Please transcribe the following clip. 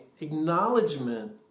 acknowledgement